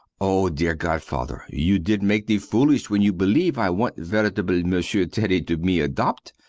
oh dear godfather, you did make the foolish when you believe i want veritably monsieur teddy to me adopt!